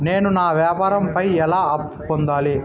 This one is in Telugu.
నేను నా వ్యాపారం పై ఎలా అప్పు పొందాలి?